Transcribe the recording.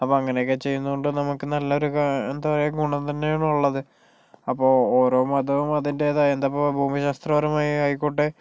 അപ്പൊൾ അങ്ങനെ യൊക്കെ ചെയ്യുന്നതുകൊണ്ട് നമുക്ക് നല്ലൊരു എന്താ പറയുക ഗുണം തന്നെയാണ് ഉള്ളത് അപ്പൊൾ ഓരോ മതവും അതിന്റെതായ എന്താ ഇപ്പൊൾ ഭൂമിശാസ്ത്രപരമായി ആയിക്കോട്ടെ